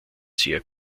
sehr